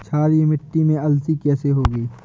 क्षारीय मिट्टी में अलसी कैसे होगी?